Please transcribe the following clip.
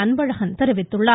அன்பழகன் தெரிவித்துள்ளார்